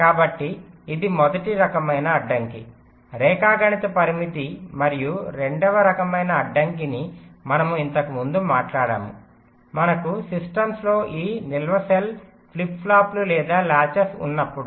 కాబట్టి ఇది మొదటి రకమైన అడ్డంకి రేఖాగణిత పరిమితి మరియు రెండవ రకమైన అడ్డంకి అని మనము ఇంతకుముందు మాట్లాడాము మనకు సిస్టమ్లో ఈ నిల్వ సెల్ ఫ్లిప్ ఫ్లాప్లు లేదా లాచెస్ ఉన్నప్పుడు